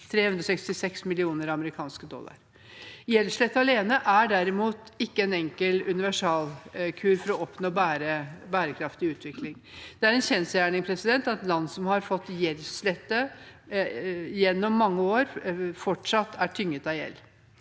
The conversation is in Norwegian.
366 mill. amerikanske dollar. Gjeldsslette alene er derimot ikke en enkel universalkur for å oppnå bærekraftig utvikling. Det er en kjensgjerning at land som har fått gjeldsslette gjennom mange år, fortsatt er tynget av gjeld.